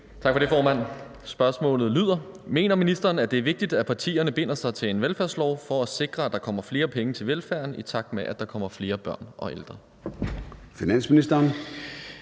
Tak for det, formand. Spørgsmålet lyder: Mener ministeren, at det er vigtigt, at partierne binder sig til en velfærdslov for at sikre, at der kommer flere penge til velfærden, i takt med at der kommer flere børn og ældre? Kl.